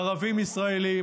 ערבים ישראלים,